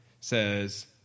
says